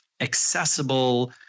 accessible